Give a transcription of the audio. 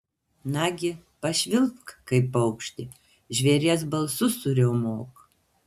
nagi pašvilpk kaip paukštė žvėries balsu suriaumok